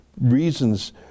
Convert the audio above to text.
reasons